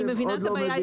אני מבינה את הבעיה.